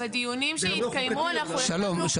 בדיונים שהתקיימו אנחנו ישבנו --- שלום,